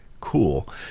cool